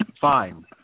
fine